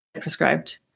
prescribed